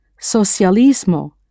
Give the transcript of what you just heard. socialismo